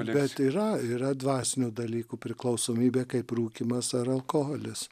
bet yra yra dvasinių dalykų priklausomybė kaip rūkymas ar alkoholis